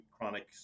chronic